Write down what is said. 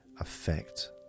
affect